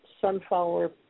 sunflower